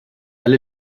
alle